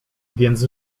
więc